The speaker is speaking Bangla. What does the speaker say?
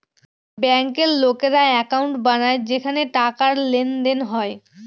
ব্যাঙ্কের লোকেরা একাউন্ট বানায় যেখানে টাকার লেনদেন হয়